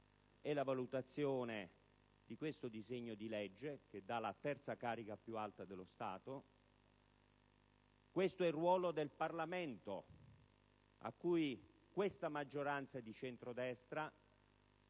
è la valutazione del disegno di legge che dà la terza carica dello Stato; questo è il ruolo del Parlamento a cui questa maggioranza di centrodestra